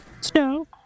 snow